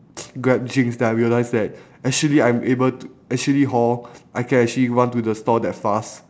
grab drinks then I realise that actually I'm able to actually hor I can actually run to the store that fast